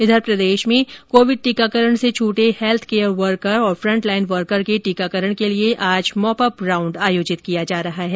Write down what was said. इधर प्रदेश में कोविड टीकाकरण से छूटे हैल्थ केयर वर्कर और फ्रंट लाइन वर्कर के टीकाकरण के लिए आज मॉपअप राउंड आयोजित किया जा रहा है